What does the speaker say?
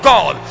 God